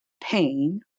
pain